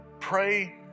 Pray